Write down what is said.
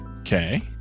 Okay